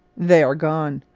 they are gone!